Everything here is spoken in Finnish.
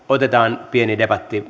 otetaan pieni debatti